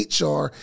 HR